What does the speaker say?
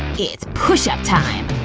it's push-up time!